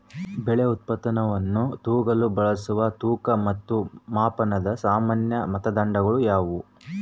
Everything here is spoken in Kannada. ಬೆಳೆ ಉತ್ಪನ್ನವನ್ನು ತೂಗಲು ಬಳಸುವ ತೂಕ ಮತ್ತು ಮಾಪನದ ಸಾಮಾನ್ಯ ಮಾನದಂಡಗಳು ಯಾವುವು?